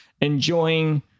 enjoying